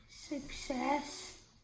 success